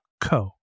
co